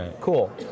cool